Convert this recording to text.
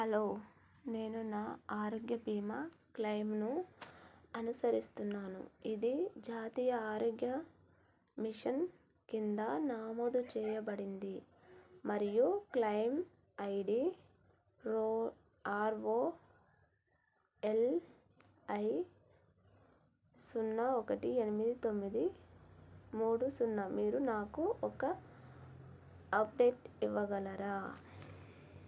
hello నేను నా ఆరోగ్య భీమా క్లెయిమ్ను అనుసరిస్తున్నాను ఇది జాతీయ ఆరోగ్య మిషన్ కింద నామోదు చేయబడింది మరియు క్లైమ్ ఐడి రో ఆర్ఓఎల్ఐ సున్నా ఒకటి ఎనిమిది తొమ్మిది మూడు సున్నా మీరు నాకు ఒక అప్డేట్ ఇవ్వగలరా